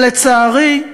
לצערי,